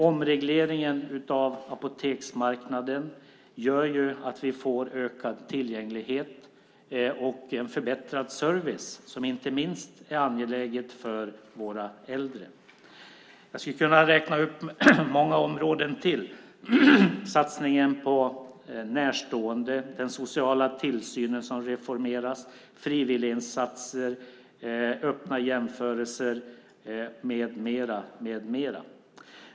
Omregleringen av apoteksmarknaden gör ju att vi får ökad tillgänglighet och en förbättrad service som inte minst är angelägen för våra äldre. Jag skulle kunna räkna upp ytterligare många områden, till exempel satsningen på närstående, den sociala tillsynen som reformeras, frivilliginsatser, öppna jämförelser med mera.